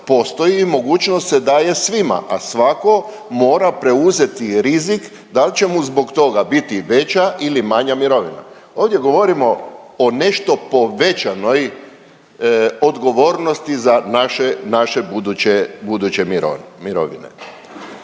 postoji, mogućnost se daje svima, a svako mora preuzeti rizik da li će mu zbog toga biti veća ili manja mirovina. Ovdje govorimo o nešto povećanoj odgovornosti za naše buduće mirovine.